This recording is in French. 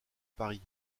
paris